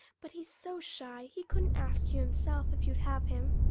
but he's so shy he couldn't ask you himself if you'd have him,